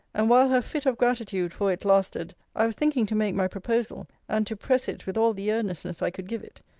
and while her fit of gratitude for it lasted, i was thinking to make my proposal, and to press it with all the earnestness i could give it,